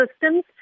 systems